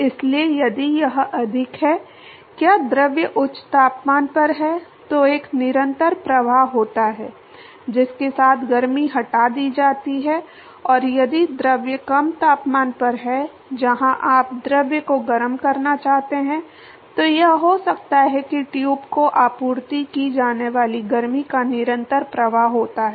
इसलिए यदि यह अधिक है क्या द्रव उच्च तापमान पर है तो एक निरंतर प्रवाह होता है जिसके साथ गर्मी हटा दी जाती है और यदि द्रव कम तापमान पर है जहां आप द्रव को गर्म करना चाहते हैं तो यह हो सकता है कि ट्यूब को आपूर्ति की जाने वाली गर्मी का निरंतर प्रवाह होता है